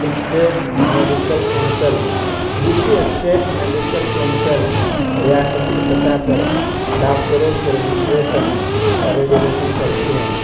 street medical council U P state medical council ریاستی سطح پر ڈاکٹروں کے رجسٹریشن اور ریگولیشن کرتی ہے